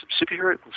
superheroes